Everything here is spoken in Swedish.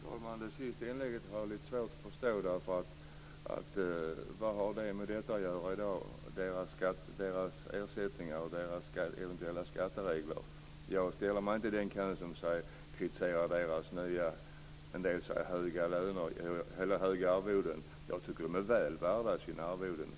Fru talman! Det sista inlägget har jag lite svårt att förstå. Vad har parlamentarikernas ersättningar och deras eventuella skatteregler med detta att göra? Jag ställer mig inte i den kö som kritiserar deras höga arvoden. Jag tycker att de är väl värda sina arvoden.